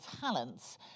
talents